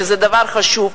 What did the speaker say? שזה דבר חשוב.